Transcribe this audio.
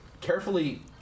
carefully